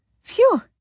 Phew